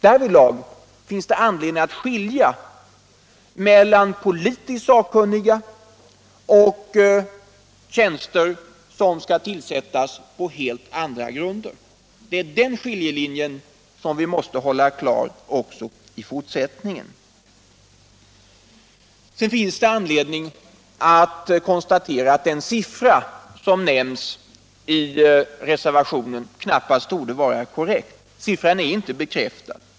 Det finns anledning att skilja mellan tjänster som politiskt sakkunniga och tjänster som skall tillsättas på helt andra grunder. Det är den skiljelinjen vi måste hålla klar också i fortsättningen. Sedan finns det anledning konstatera att den siffra som nämns i reservationen knappast torde vara korrekt. Siffran är inte bekräftad.